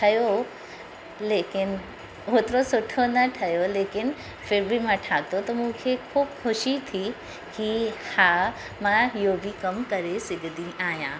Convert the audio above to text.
ठहियो लेकिन ओतिरो सुठो न ठहियो लेकिन फ़िर बि मां ठाहियो मूंखे ख़ूब ख़ुशी थी कि हा मां इहो बि कम करे सघंदी आहियां